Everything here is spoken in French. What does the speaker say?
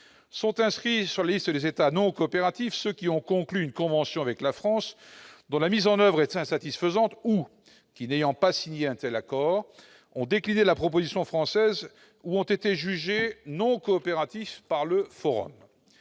sont inscrits sur la liste des États et territoires non coopératifs, ou ETNC, ceux qui ont conclu une convention avec la France dont la mise en oeuvre est insatisfaisante ou qui, n'ayant pas signé un tel accord, ont décliné la proposition française ou ont été jugés non coopératifs par le Forum